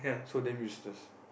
so damn useless